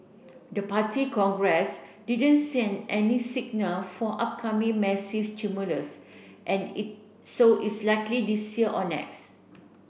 the Party Congress didn't send any signal for upcoming massive stimulus and it so it's unlikely this year or next